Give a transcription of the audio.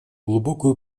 глубокую